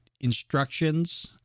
instructions